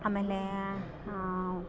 ಆಮೇಲೆ